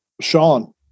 Sean